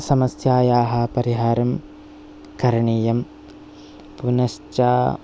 समस्यायाः परिहारं करणीयं पुनश्च